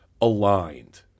aligned